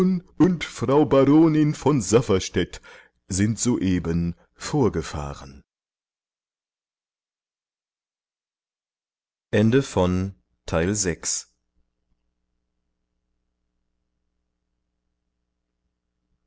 und frau baronin von safferstätt sind soeben vorgefahren